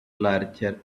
larger